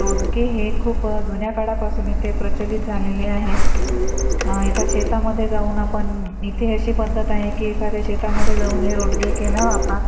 रोडगे हे खूप जुन्या काळापासून इथे प्रचलित झालेले आहेत एका शेतामध्ये जाऊन आपण इथे अशी पद्धत आहे की एखाद्या शेतामध्ये जाऊन हे रोडगे केला वातात